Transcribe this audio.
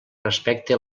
respecte